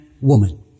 woman